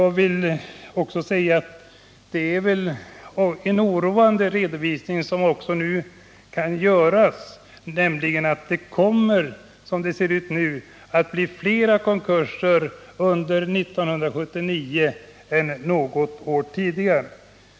Det är oroande att behöva konstatera att antalet konkurser kommer att bli större under 1979 än någonsin tidigare.